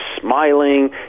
smiling